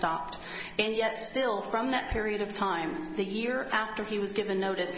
stopped and yet still from that period of time the year after he was given notice